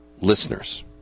listeners